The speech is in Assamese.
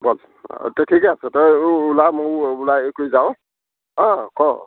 তে ঠিক আছে তইয়ো ওলা ময়ো ওলাই হেৰি কৰি যাওঁ অঁ ক